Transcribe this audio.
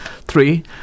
Three